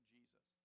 Jesus